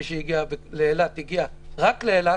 ומי שהגיע לאילת הגיע רק לאילת,